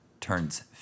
turns